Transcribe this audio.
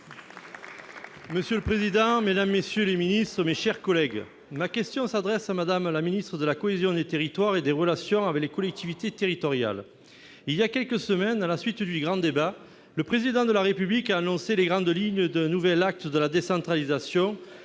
pour le groupe du Rassemblement Démocratique et Social Européen. Ma question s'adresse à Mme la ministre de la cohésion des territoires et des relations avec les collectivités territoriales. Il y a quelques semaines, à la suite du grand débat, le Président de la République a annoncé les grandes lignes d'un nouvel acte de la décentralisation.